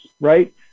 right